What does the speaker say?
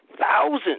thousands